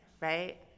right